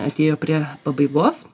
atėjo prie pabaigos